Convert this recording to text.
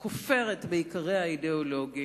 הזאת כופרת בעיקריה האידיאולוגיים,